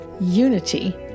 Unity